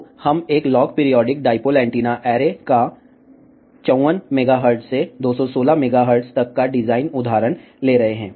तो हम एक log periodic dipole antenna array का 54 MHz से 216 MHz तक का डिज़ाइन उदाहरण ले रहे हैं